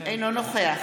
אינו נוכח